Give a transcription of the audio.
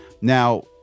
Now